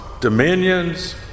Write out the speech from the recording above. dominions